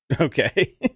okay